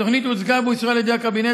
התוכנית הוצגה ואושרה על ידי הקבינט